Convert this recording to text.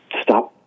stop